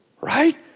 right